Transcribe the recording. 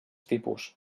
tipus